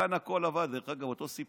כאן הכול עבד, דרך אגב, אותו סיפור,